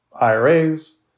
IRAs